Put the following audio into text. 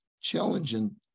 challenging